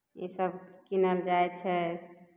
ईसभ कीनल जाइ छै